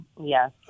Yes